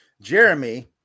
Jeremy